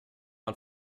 man